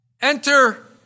Enter